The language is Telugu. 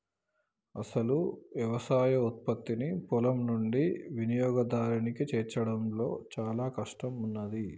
అసలు యవసాయ ఉత్పత్తిని పొలం నుండి వినియోగదారునికి చేర్చడంలో చానా కష్టం ఉన్నాది